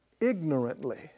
ignorantly